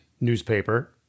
newspaper